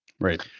Right